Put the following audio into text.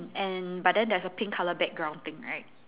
and but then there's a pink colour background thing right